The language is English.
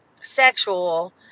sexual